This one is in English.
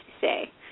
say